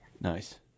Nice